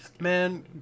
man